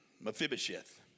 Mephibosheth